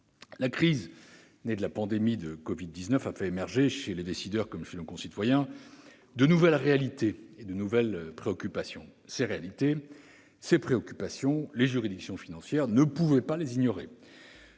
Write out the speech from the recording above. La crise née de la pandémie de covid-19 a fait émerger, chez les décideurs comme chez nos concitoyens, de nouvelles réalités et de nouvelles préoccupations. Ces réalités, ces préoccupations, les juridictions financières ne pouvaient pas les ignorer.